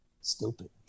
stupid